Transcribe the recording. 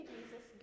Jesus